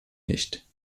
nicht